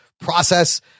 process